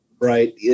right